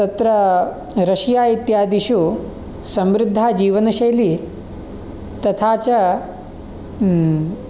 तत्र रशिया इत्यादिषु समृद्धा जीवनशैली तथा च